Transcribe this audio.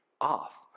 off